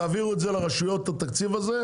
ותעבירו את התקציב הזה לרשויות,